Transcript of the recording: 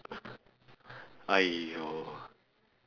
!aiyo!